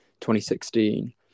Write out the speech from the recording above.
2016